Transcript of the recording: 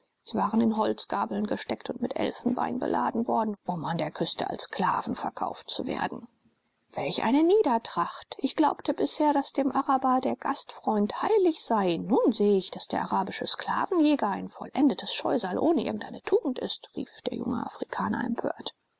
sie waren in holzgabeln gesteckt und mit elfenbein beladen worden um an der küste als sklaven verkauft zu werden welch eine niedertracht ich glaubte bisher daß dem araber der gastfreund heilig sei nun sehe ich daß der arabische sklavenjäger ein vollendetes scheusal ohne irgendeine tugend ist rief der junge afrikaner empört